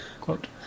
quote